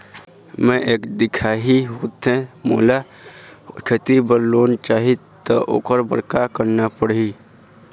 मैं एक दिखाही होथे मोला खेती बर लोन चाही त ओकर बर का का करना पड़ही?